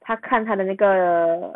他看他的那个